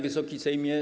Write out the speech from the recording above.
Wysoki Sejmie!